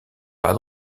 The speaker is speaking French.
pas